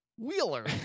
Wheeler